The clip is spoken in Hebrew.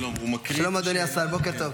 שלום, אדוני השר, בוקר טוב.